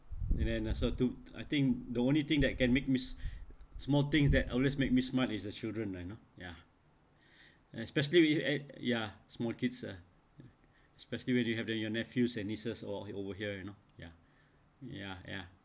and then also took I think the only thing that can make mes~ small things that always makes me smart is the children ah you know ya especially with at~ ya small kids ah especially when you have the your nephews and nieces all over here you know ya ya ya